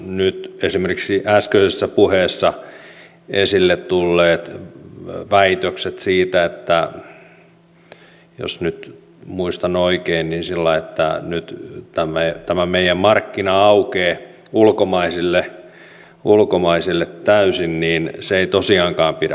nyt esimerkiksi äskeisessä puheessa esille tulleet väitteet siitä että jos nyt muistan oikein nyt tämä meidän markkina aukeaa ulkomaisille täysin eivät tosiaankaan pidä paikkaansa